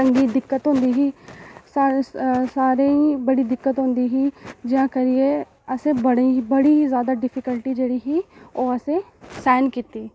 असें दिक्कत होंदी ही सा सारें ई बड़ी दिक्कत होंदी ही इयां करियै असें बड़ी बड़ी जैदा डिफिकल्टी जेह्ड़ी ही ओह् असें सैह्न कीती